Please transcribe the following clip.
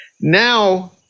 Now